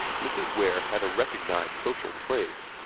mrs. ware had a recognized social place,